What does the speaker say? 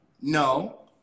No